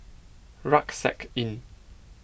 Rucksack Inn